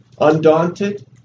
Undaunted